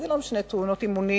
וזה לא משנה, תאונות אימונים